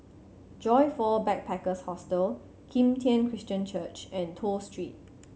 Joyfor Backpackers' Hostel Kim Tian Christian Church and Toh Street